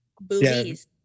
Boobies